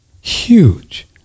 Huge